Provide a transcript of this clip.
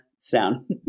Sound